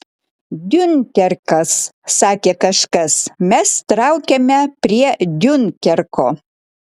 diunkerkas sakė kažkas mes traukiame prie diunkerko